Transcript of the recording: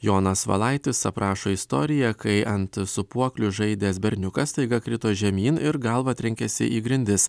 jonas valaitis aprašo istoriją kai ant sūpuoklių žaidęs berniukas staiga krito žemyn ir galva trenkėsi į grindis